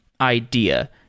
idea